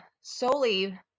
solely